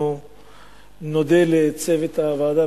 אנחנו כבר נודה לצוות הוועדה,